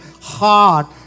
heart